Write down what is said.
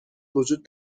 وجود